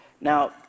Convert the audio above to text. Now